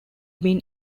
been